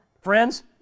Friends